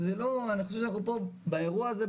אני חושב שאנחנו פה באירוע הזה,